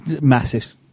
massive